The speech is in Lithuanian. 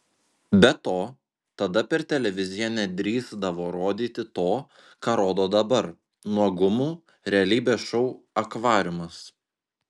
be to tada per televiziją nedrįsdavo rodyti to ką rodo dabar nuogumų realybės šou akvariumas